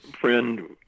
friend